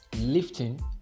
lifting